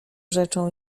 rzeczą